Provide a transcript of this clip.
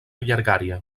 llargària